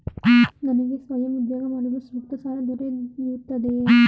ನನಗೆ ಸ್ವಯಂ ಉದ್ಯೋಗ ಮಾಡಲು ಸೂಕ್ತ ಸಾಲ ದೊರೆಯುತ್ತದೆಯೇ?